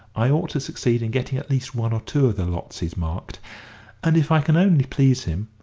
i ought to succeed in getting at least one or two of the lots he's marked and if i can only please him,